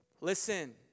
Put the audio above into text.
listen